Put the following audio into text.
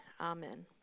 amen